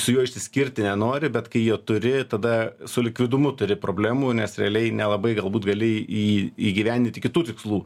su juo išsiskirti nenori bet kai jo turi tada su likvidumu turi problemų nes realiai nelabai galbūt gali į įgyvendinti kitų tikslų